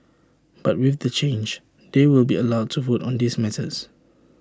but with the change they will be allowed to vote on these matters